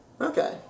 Okay